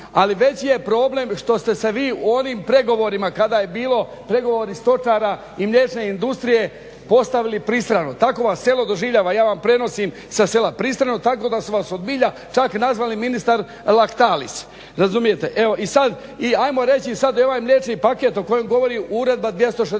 Ali veći je problem što ste se vi u onim pregovorima kada je bilo pregovori stočara i mliječne industrije postavili pristrano. Tako vas selo doživljava, ja vam prenosim sa sela pristrano tako da su vas od milja čak nazvali ministar Lactalis. Evo i ajmo reći sad ovaj mliječni paket o kojem govori Uredba 261.